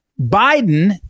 Biden